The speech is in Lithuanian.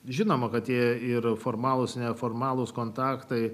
žinoma kad jie yra formalūs neformalūs kontaktai